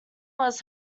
was